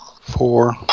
four